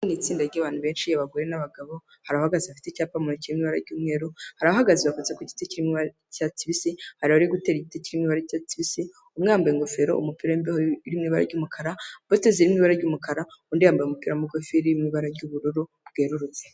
Ni itsinda ry’abantu benshi abagore n'abagabo bahagaze bafite icyapa kinini cy’umweru hari abahagaze ku giti kimwe cy’icyatsi kibisi bari gutera igiti kinini umwembaye ingofero umupira w’umukara bateze ibara ry'umukara undi yambaye umupira mugufi mu ibara ry'ubururu bwerurutse.